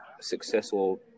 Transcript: successful